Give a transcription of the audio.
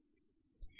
t 2